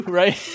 right